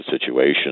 situation